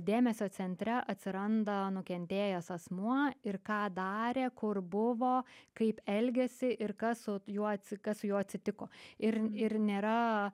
dėmesio centre atsiranda nukentėjęs asmuo ir ką darė kur buvo kaip elgiasi ir kas su juo atsi kas su juo atsitiko ir ir nėra